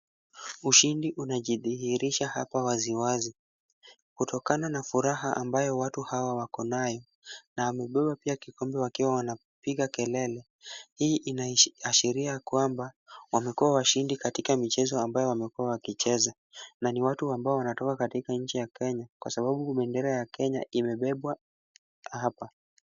Ushindi unajidhihirisha hapa waziwazi kutokana na furaha ambayo watu hawa wako nayo na wamebeba pia kikombe wakiwa wanapiga kelele. Hii inaashiria kwamba wamekuwa washindi katika michezo ambayo wamekuwa wakicheza na ni watu ambao wanatoka katika nchi ya Kenya kwa sababu bendera ya Kenya imebebwa hapa.